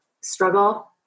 struggle